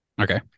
Okay